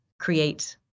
create